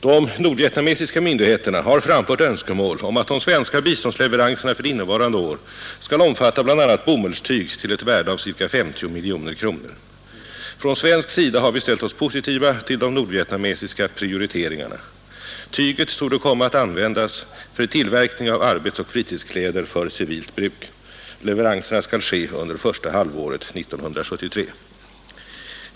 De nordvietnamesiska myndigheterna har framfört önskemål om att de svenska biståndsleveranserna för innevarande år skall omfatta bl.a. bomullstyg till ett värde av ca 50 miljoner kronor. Från svensk sida har vi ställt oss positiva till de nordvietnamesiska prioriteringarna. Tyget torde komma att användas för tillverkning av arbetsoch fritidskläder för civilt bruk. Leveranserna skall ske under första halvåret 1973.